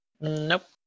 Nope